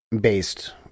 based